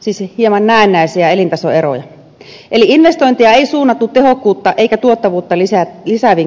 siis hieman näennäisiä elintasoeroja eli investointeja ei suunnattu tehokkuutta eikä tuottavuutta lisääviin kohteisiin